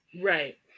Right